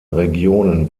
regionen